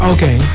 Okay